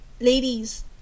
ladies